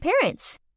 parents